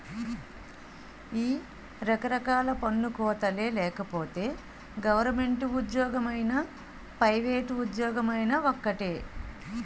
ఈ రకరకాల పన్ను కోతలే లేకపోతే గవరమెంటు ఉజ్జోగమైనా పైవేట్ ఉజ్జోగమైనా ఒక్కటే